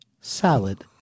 salad